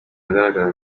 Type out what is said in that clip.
ugaragara